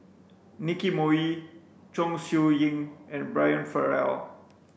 Nicky Moey Chong Siew Ying and Brian Farrell